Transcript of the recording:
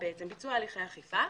אכיפה.